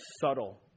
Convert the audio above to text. subtle